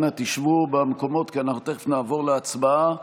אנא, תשבו במקומות, כי אנחנו תכף נעבור להצבעה.